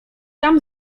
tam